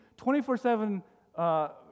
24-7